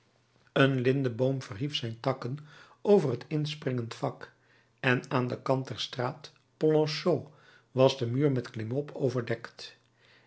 een lindeboom verhief zijn takken over het inspringend vak en aan den kant der straat polonceau was de muur met klimop overdekt